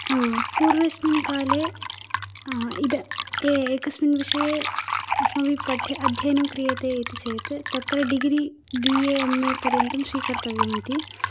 पूर्वस्मिन् काले इदा ए एकस्मिन् विषये अस्माभिः पठ्य अध्ययनं क्रियते इति चेत् तत्र degree B A M A पर्यन्तं स्वीकर्तव्यम् इति